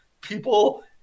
people